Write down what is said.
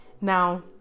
Now